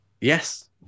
Yes